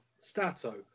Stato